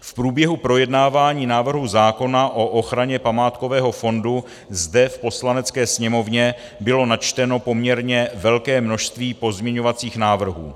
V průběhu projednávání návrhu zákona o ochraně památkového fondu zde v Poslanecké sněmovně bylo načteno poměrně velké množství pozměňovacích návrhů.